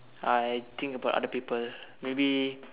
I think about other people maybe